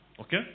Okay